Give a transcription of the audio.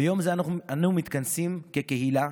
ביום זה אנו מתכנסים כקהילה,